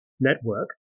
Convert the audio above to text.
network